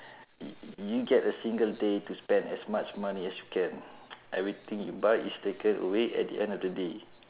you get a single day to spend as much money as you can everything you buy is taken away at the end of the day